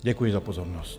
Děkuji za pozornost.